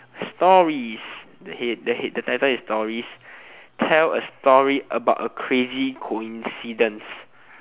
stories the head the head the title is stories tell a story about a crazy coincidence